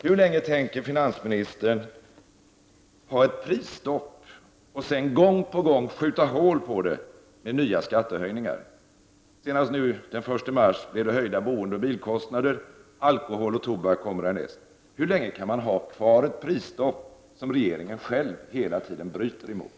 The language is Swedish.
Hur länge tänker finansministern ha ett prisstopp och sedan gång på gång skjuta hål på det med nya skattehöjningar, senast den 1 mars då bostadsoch bilkostnaderna höjdes, och härnäst blir det prisökningar på alkohol och tobak? Hur länge kan regeringen ha kvar ett prisstopp som regeringen själv hela tiden bryter mot?